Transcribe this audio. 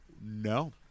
No